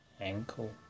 ankle